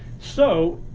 so,